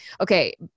Okay